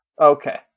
Okay